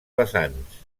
vessants